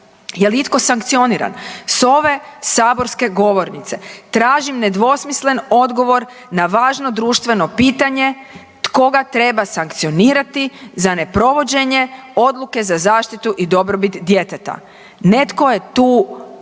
Je li itko sankcioniran? S ove saborske govornice tražim nedvosmislen odgovor na važno društveno pitanje koga treba sankcionirati za neprovođenje odluke za zaštitu i dobrobit djeteta. Netko je tu gadno